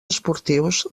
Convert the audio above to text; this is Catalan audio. esportius